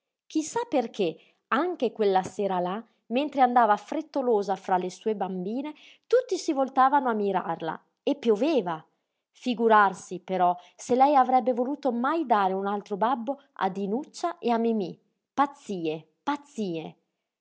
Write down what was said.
sa perché anche quella sera là mentre andava frettolosa fra le sue bambine tutti si voltavano a mirarla e pioveva figurarsi però se lei avrebbe voluto mai dare un altro babbo a dinuccia e a mimí pazzie pazzie